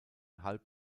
halb